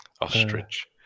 ostrich